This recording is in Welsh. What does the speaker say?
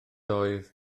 oedd